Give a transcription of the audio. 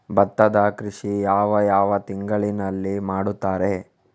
ಭತ್ತದ ಕೃಷಿ ಯಾವ ಯಾವ ತಿಂಗಳಿನಲ್ಲಿ ಮಾಡುತ್ತಾರೆ?